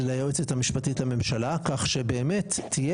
של היועצת המשפטית לממשלה כך שבאמת תהיה